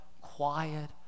quiet